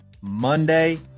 Monday